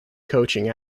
coaching